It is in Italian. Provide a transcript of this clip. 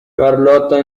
carlotta